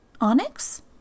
Onyx